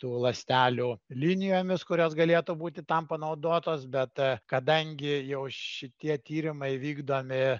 tų ląstelių linijomis kurios galėtų būti tam panaudotos bet kadangi jau šitie tyrimai vykdomi